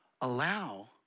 allow